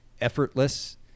effortless